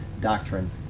doctrine